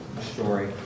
story